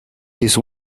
his